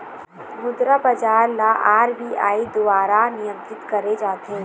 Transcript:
मुद्रा बजार ल आर.बी.आई दुवारा नियंत्रित करे जाथे